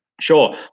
sure